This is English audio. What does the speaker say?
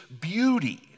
beauty